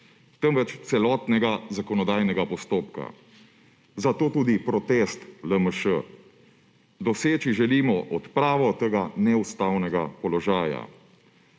temveč celotnega zakonodajnega postopka. Zato tudi protest LMŠ. Doseči želimo odpravo tega neustavnega položaja.